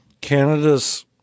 Canada's